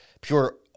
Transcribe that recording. pure